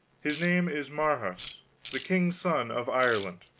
his name is marhaus the king's son of ireland.